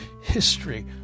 history